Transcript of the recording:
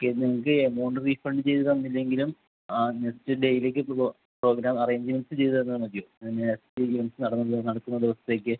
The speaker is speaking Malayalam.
ഇപ്പോൾ നിങ്ങൾക്ക് എമൗണ്ട് റീഫണ്ട് ചെയ്ത് തന്നില്ലെങ്കിലും ആ നെക്സ്റ്റ് ഡേയിലേക്ക് പ്രോഗ്രാം അറേഞ്ച്മെൻറ്റ്സ് ചെയ്തുതന്നാൽ മതിയോ പിന്നെ എപ്പോഴെങ്കിലും നടന്ന നടക്കുന്ന ദിവസത്തേക്ക്